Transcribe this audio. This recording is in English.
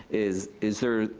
is is there,